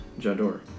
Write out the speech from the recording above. Jador